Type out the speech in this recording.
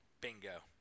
Bingo